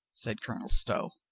said colonel stow.